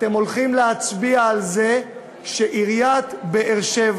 אתם הולכים להצביע על זה שעיריית באר-שבע,